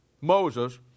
Moses